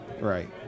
Right